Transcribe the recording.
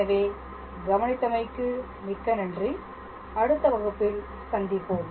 எனவே கவனித்தமைக்கு மிக்க நன்றி அடுத்த வகுப்பில் சந்திப்போம்